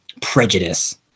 prejudice